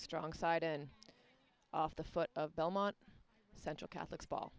strong side in off the foot of belmont central catholic's ball